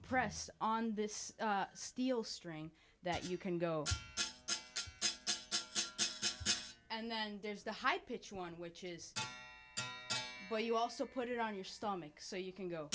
pressed on this steel string that you can go and then there's the high pitch one which is why you also put it on your stomach so you can